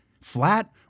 Flat